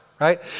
right